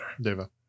Deva